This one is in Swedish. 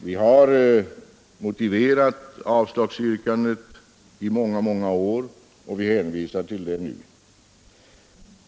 Vi har motiverat avslagsyrkandet i många, många år och hänvisar till det nu.